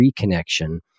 reconnection